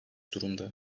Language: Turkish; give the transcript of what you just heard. durumda